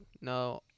No